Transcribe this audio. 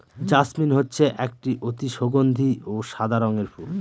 jasmine হচ্ছে একটি অতি সগন্ধি ও সাদা রঙের ফুল